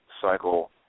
cycle